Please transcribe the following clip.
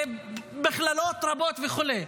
במכללות רבות וכו'.